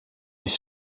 ist